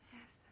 Yes